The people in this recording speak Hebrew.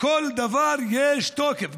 לכל דבר יש תוקף.